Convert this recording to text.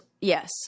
Yes